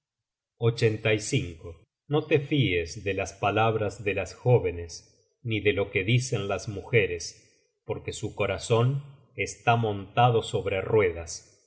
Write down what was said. en el campo no te fies de las palabras de las jóvenes ni de lo que dicen las mujeres porque su corazon está montado sobre ruedas